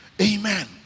Amen